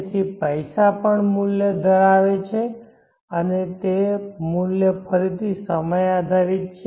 તેથી પૈસા પણ મૂલ્ય ધરાવે છે અને તે મૂલ્ય ફરીથી સમય આધારિત છે